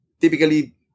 typically